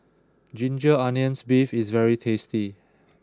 Ginger Onions Beef is very tasty